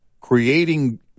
creating